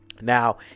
Now